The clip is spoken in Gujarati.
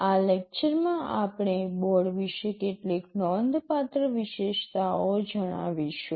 આ લેક્ચરમાં આપણે બોર્ડ વિશે કેટલીક નોંધપાત્ર વિશેષતાઓ જણાવીશું